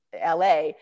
LA